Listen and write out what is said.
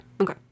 okay